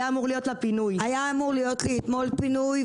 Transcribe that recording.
היה אמור להיות לי אתמול פינוי,